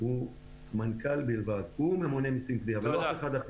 הוא מנכ"ל בלבד ולא אף אחד אחר.